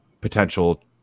potential